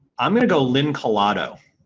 i'm going to go linne calodo